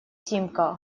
симка